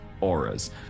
auras